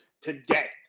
today